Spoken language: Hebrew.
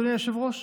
אדוני היושב-ראש,